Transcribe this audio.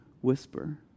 whisper